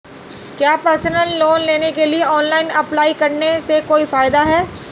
क्या personal loan के लिए ऑनलाइन अप्लाई करने से कोई फायदा है?